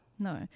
No